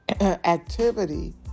activity